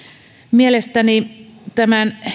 mielestäni tämän